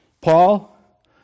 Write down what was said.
Paul